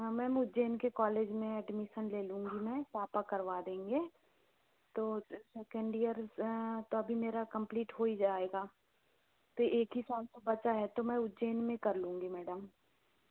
हाँ मैम उज्जैन के कॉलेज में एडमिशन ले लूँगी मैं पापा करवा देंगे तो सेकंड ईयर तो अभी मेरा कंप्लीट हो ही जाएगा तो एक ही साल तो बचा है तो मैं उज्जैन में कर लूँगी मैडम